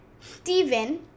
Steven